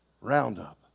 Roundup